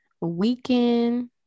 weekend